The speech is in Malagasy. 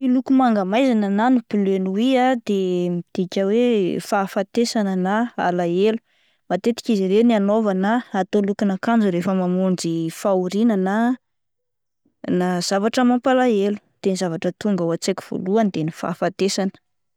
Ny loko manga maizina na ny bleu nuit ah de midika hoa fahafatesana na alahelo, matetika izy ireny anaovana atao lokona akanjo rehefa mamonjy fahoriana na-na zavatra mampalahelo, de ny zavatra tonga ao an-tsaiko voalohany dia ny fahafatesana.